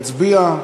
יצביע.